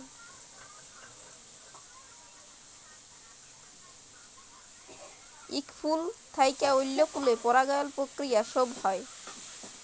ইক ফুল থ্যাইকে অল্য ফুলে পরাগায়ল পক্রিয়া ছব হ্যয়